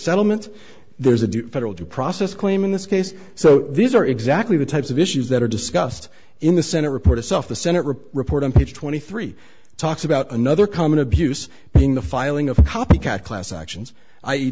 settlement there's a federal due process claim in this case so these are exactly the types of issues that are discussed in the senate report itself the senate report report on page twenty three talks about another common abuse in the filing of copycat class actions i e